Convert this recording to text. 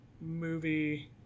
movie